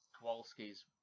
Kowalski's